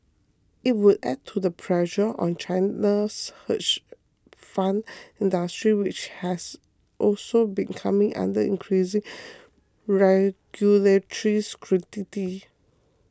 it would add to the pressure on China's hedge fund industry which has also been coming under increasing regulatory scrutiny